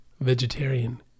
vegetarian